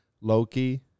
Loki